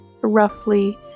roughly